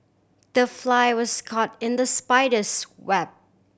the fly was caught in the spider's web